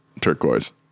turquoise